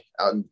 out